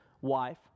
wife